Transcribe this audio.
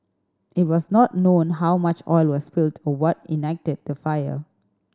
it was not known how much oil was spilled or what ignited the fire